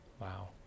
Wow